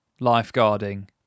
lifeguarding